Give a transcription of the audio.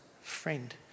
friend